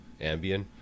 Ambien